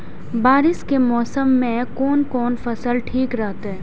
बारिश के मौसम में कोन कोन फसल ठीक रहते?